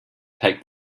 take